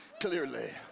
clearly